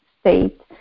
state